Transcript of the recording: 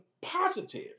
positive